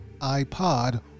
iPod